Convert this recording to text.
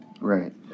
Right